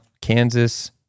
Kansas